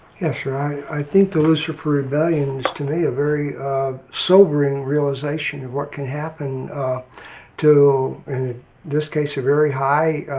yes, sir. i think the lucifer rebellion is to me a very sobering realization of what can happen to, in this case, a very high